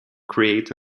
create